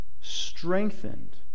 strengthened